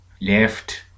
left